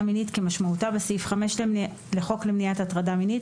מינית כמשמעותה בסעיף 5 לחוק למניעת הטרדה מינית,